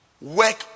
Work